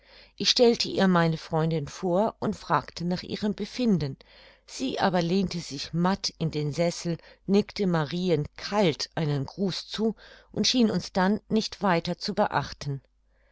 ich stellte ihr meine freundin vor und fragte nach ihrem befinden sie aber lehnte sich matt in den sessel nickte marien kalt einen gruß zu und schien uns dann nicht weiter zu beachten